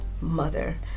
mother